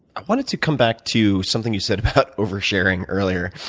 i wanted to come back to something you said about over-sharing earlier,